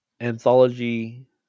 anthology